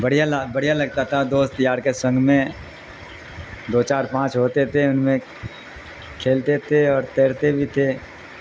بڑھیا بڑھیا لگتا تھا دوست یار کے سنگ میں دو چار پانچ ہوتے تھے ان میں کھیلتے تھے اور تیرتے بھی تھے